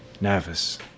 nervous